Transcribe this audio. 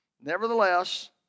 Nevertheless